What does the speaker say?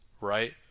right